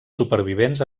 supervivents